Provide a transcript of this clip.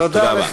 תודה רבה.